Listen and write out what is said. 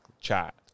chat